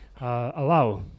allow